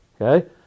Okay